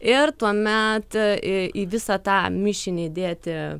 ir tuomet į į visą tą mišinį dėti